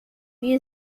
wie